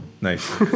Nice